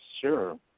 sure